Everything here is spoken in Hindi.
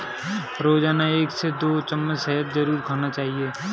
रोजाना एक से दो चम्मच शहद जरुर खाना चाहिए